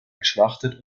geschlachtet